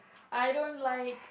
I don't like